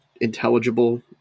intelligible